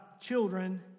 children